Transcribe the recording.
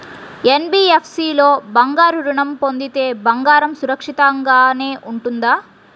NBFC లో బంగారు ఋణం పొందితే బంగారం సురక్షితంగానే ఉంటుందా?